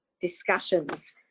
discussions